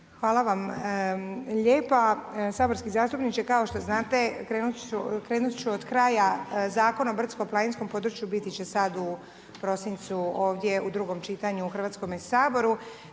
Hvala vam lijepa. Saborski zastupniče, kao što znate krenut ću od kraja Zakona o brdsko-planinsko području, biti će sada u prosincu ovdje u drugom čitanju u Hrvatskome saboru.